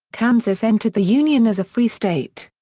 kansas entered the union as a free state.